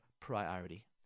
priority